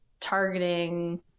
targeting